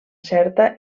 certa